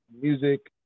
music